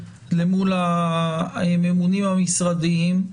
למול הממונים המשרדיים.